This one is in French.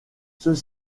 ceux